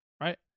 right